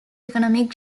economic